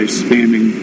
spamming